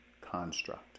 construct